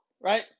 right